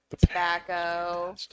tobacco